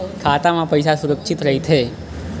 खाता मा पईसा सुरक्षित राइथे?